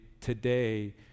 today